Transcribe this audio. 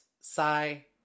Sigh